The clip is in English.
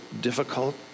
difficult